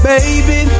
Baby